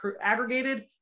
aggregated